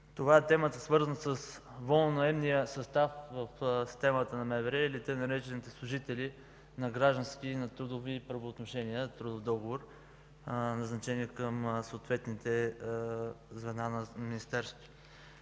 Това е темата, свързана с волнонаемния състав в системата на МВР или така наречените „служители на граждански и на трудови правоотношения”, назначени към съответните звена на министерството.